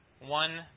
one